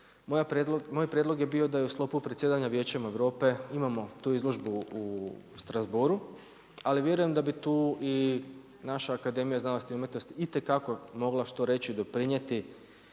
moj prijedlog je bio da u sklopu predsjedanja Vijećem Europe imamo tu izložbu u Strasbourgu, ali vjerujem da bi tu i naša Akademija znanosti i umjetnosti itekako mogla što reći, doprinijeti,